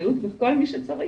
בריאות וכל מי שצריך.